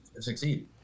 succeed